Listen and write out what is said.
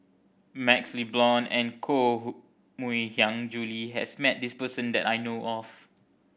MaxLe Blond and Koh Mui Hiang Julie has met this person that I know of